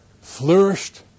flourished